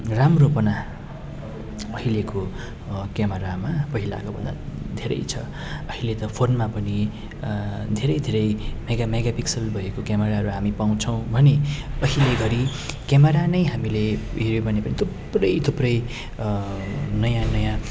राम्रोपना अहिलेको क्यामरामा पहिलाको भन्दा धेरै छ अहिले त फोनमा पनि धेरै धेरै मेगा मेगापिक्सल भएको क्यामराहरू हामी पाउँछौ भने अहिलेघडी क्यामरा नै हामीले हेऱ्यो भने पनि थुप्रै थुप्रै नयाँ नयाँ